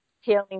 healing